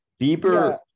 Bieber